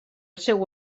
seu